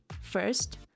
First